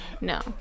no